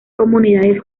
comunidades